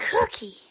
cookie